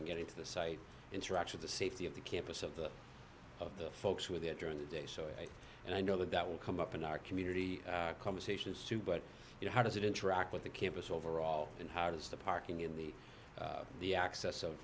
parking getting to the site interact with the safety of the campus of the of the folks who were there during the day so i and i know that that will come up in our community conversations soon but you know how does it interact with the campus overall and how does the parking in the the access of